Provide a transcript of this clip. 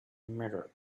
mirror